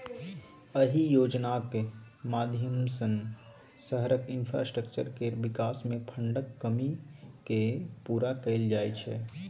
अहि योजनाक माध्यमसँ शहरक इंफ्रास्ट्रक्चर केर बिकास मे फंडक कमी केँ पुरा कएल जाइ छै